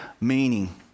meaning